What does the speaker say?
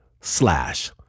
slash